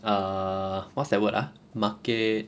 err what's that word ah market